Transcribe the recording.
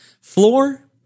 Floor